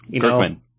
Kirkman